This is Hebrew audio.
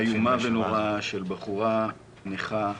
-- תאונה איומה ונוראה של בחורה נכה,